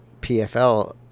PFL